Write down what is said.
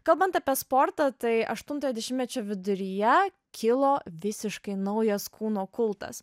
kalbant apie sportą tai aštuntojo dešimtmečio viduryje kilo visiškai naujas kūno kultas